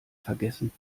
vergessen